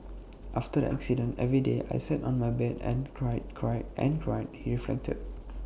after the accident every day I sat on my bed and cried cried and cried he reflected